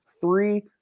three